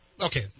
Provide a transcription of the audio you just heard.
okay